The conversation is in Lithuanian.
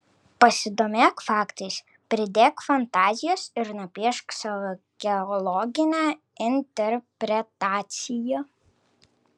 pasidomėk faktais pridėk fantazijos ir nupiešk savo geologinę interpretaciją